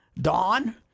Dawn